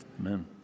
Amen